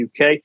UK